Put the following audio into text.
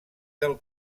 del